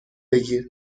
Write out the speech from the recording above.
بگیر